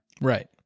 Right